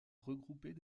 regroupait